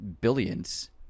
billions